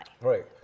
Right